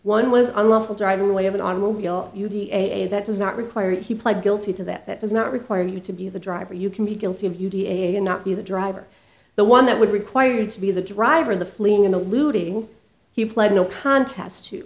one was unlawful driving away of an automobile u d a that does not require that he pled guilty to that it does not require you to be the driver you can be guilty of u t a and not be the driver the one that would require you to be the driver the fleeing the looting he pled no contest to